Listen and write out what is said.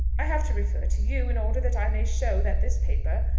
i have to refer to you in order that i may show that this paper,